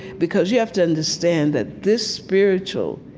because you have to understand that this spiritual,